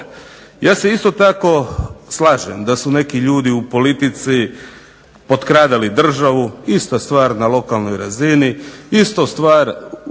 Ja se isto tako slažem da su neki ljudi u politici potkradali državu, ista stvar na lokalnoj razini, ista stvar u